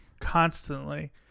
Constantly